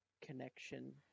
connection